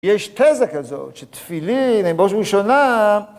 יש תזה כזאת, שתפילין, הם בראש ובראשונה...